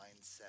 mindset